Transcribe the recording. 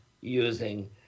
using